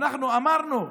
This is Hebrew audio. אמרנו,